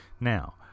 Now